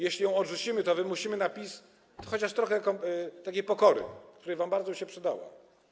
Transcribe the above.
Jeśli ją odrzucimy, to wymusimy na PiS chociaż trochę pokory, która wam bardzo by się przydała.